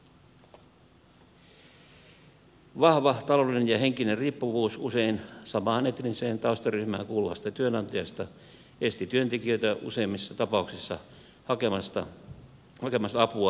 vahva taloudellinen ja henkinen riippuvuus usein samaan etniseen taustaryhmään kuuluvasta työnantajasta esti työntekijöitä useimmissa tapauksissa hakemasta apua tilanteeseensa